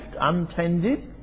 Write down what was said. untended